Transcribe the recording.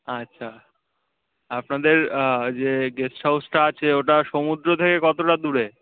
আচ্ছা আপনাদের যে গেস্ট হাউসটা আছে ওটা সমুদ্র থেকে কতটা দূরে